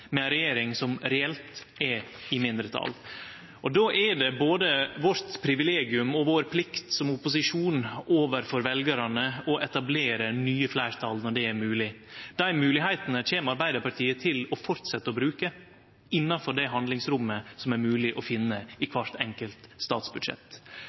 ei regjering som reelt er i mindretal. Då er det både vårt privilegium og vår plikt som opposisjon overfor veljarane å etablere nye fleirtal når det er mogleg. Dei moglegheitene kjem Arbeidarpartiet til å fortsetje å bruke, innanfor det handlingsrommet som er mogleg å finne i